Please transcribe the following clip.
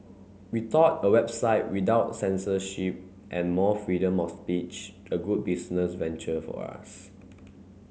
we thought a website without censorship and more freedom of speech a good business venture for us